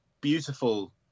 beautiful